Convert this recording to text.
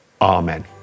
Amen